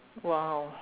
!wow!